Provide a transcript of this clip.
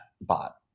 bot